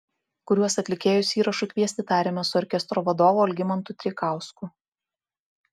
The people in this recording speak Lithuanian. kuriuos atlikėjus įrašui kviesti tarėmės su orkestro vadovu algimantu treikausku